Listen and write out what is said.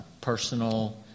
personal